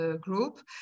group